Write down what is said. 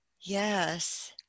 Yes